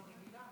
זו רגילה.